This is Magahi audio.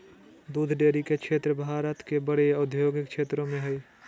दूध डेरी के क्षेत्र भारत के बड़े औद्योगिक क्षेत्रों में हइ